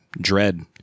dread